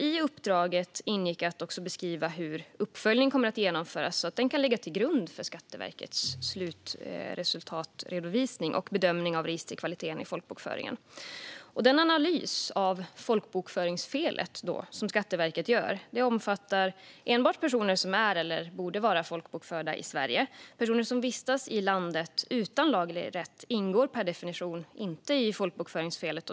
I uppdraget ingick att också beskriva hur uppföljningen kommer att genomföras, så att den kan ligga till grund för Skatteverkets slutresultatredovisning och bedömning av registerkvaliteten i folkbokföringen. Den analys av folkbokföringsfelet som Skatteverket gör omfattar enbart personer som är eller borde vara folkbokförda i Sverige. Personer som vistas i landet utan laglig rätt ingår per definition inte i folkbokföringsfelet.